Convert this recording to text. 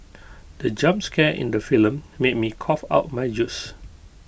the jump scare in the film made me cough out my juice